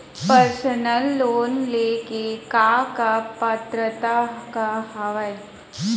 Personal loan ले के का का पात्रता का हवय?